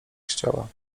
chciała